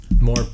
more –